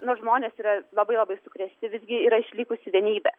nors žmonės yra labai labai sukrėsti visgi yra išlikusi vienybė